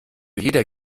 jeder